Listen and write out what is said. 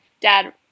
dad –